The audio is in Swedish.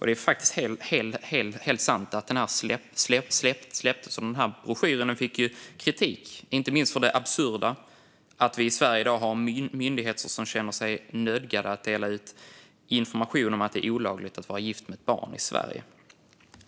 Det är faktiskt helt sant att broschyren släpptes, och broschyren fick kritik - inte minst för det absurda att vi i Sverige har myndigheter som känner sig nödgade att dela ut information om att det är olagligt att vara gift med ett barn i Sverige.